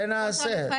זה נעשה.